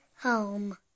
Home